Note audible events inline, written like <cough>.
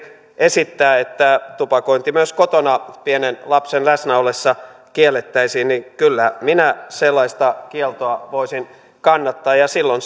esittää että tupakointi myös kotona pienen lapsen läsnä ollessa kiellettäisiin niin kyllä minä sellaista kieltoa voisin kannattaa ja silloin <unintelligible>